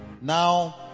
Now